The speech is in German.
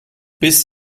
bis